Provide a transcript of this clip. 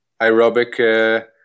aerobic